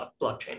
blockchain